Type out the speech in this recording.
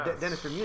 Dennis